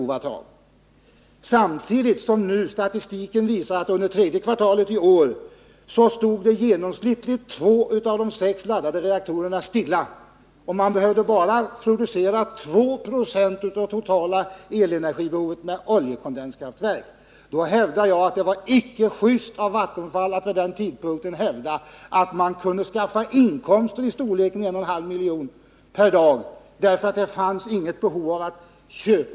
Samtidigt visar statistiken att under tredje kvartalet i år genomsnittligt två av de sex laddade reaktorerna stod stilla. Man behövde ändå bara producera 2 26 av det totala elenergibehovet med hjälp av oljekondenskraftverk. Jag hävdar mot denna bakgrund att det inte var korrekt av Vattenfall att vid den aktuella tidpunkten hävda att man kunde skaffa inkomster i storleksordningen en och en halv miljon per dag genom att starta Ringhals 3.